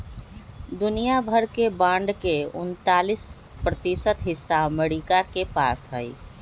दुनिया भर के बांड के उन्तालीस प्रतिशत हिस्सा अमरीका के पास हई